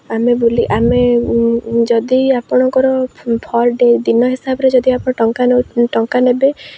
ଆମେ ବୁଲି ଆମେ ଯଦି ଆପଣଙ୍କର ପର୍ ଡେ ଦିନ ହିସାବରେ ଆପଣ ଯଦି ଟଙ୍କା ଟଙ୍କା ଟଙ୍କା ନେବେ